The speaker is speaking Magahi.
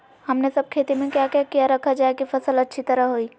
हमने सब खेती में क्या क्या किया रखा जाए की फसल अच्छी तरह होई?